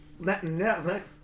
Netflix